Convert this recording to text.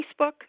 Facebook